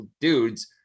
dudes